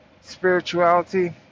Spirituality